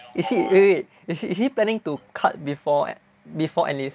is he wait wait is he is he planning to cut before before enlist